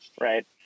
right